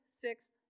sixth